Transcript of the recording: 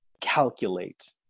calculate